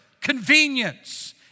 convenience